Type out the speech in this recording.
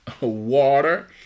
water